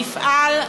מפעל,